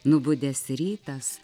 nubudęs rytas